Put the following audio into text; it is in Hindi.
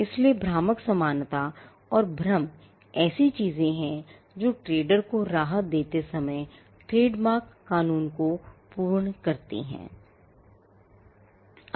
इसलिए भ्रामक समानता और भ्रम ऐसी चीजें हैं जो ट्रेडर को राहत देते समय ट्रेडमार्क कानून को पूर्ण करती हैं